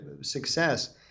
success